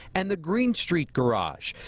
and the green street garage.